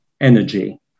energy